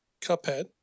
Cuphead